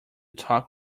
talk